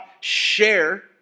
share